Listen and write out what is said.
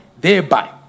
thereby